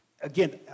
again